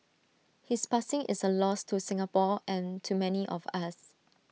his passing is A loss to Singapore and to many of us